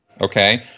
okay